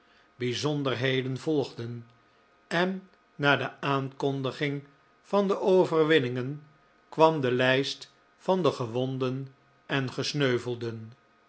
bijzonderheden volgden en na de aankondiging van de overwinningen kwam de lijst van de gewonden en gesneuvelden